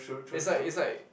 is like is like